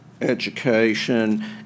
education